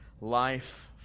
life